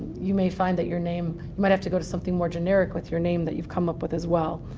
you may find that your name you might have to go to something more generic with your name that you've come up with as well.